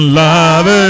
love